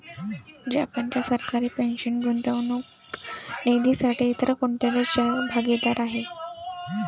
जपानच्या सरकारी पेन्शन गुंतवणूक निधीसाठी इतर कोणते देश भागीदार आहेत?